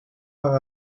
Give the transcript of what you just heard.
part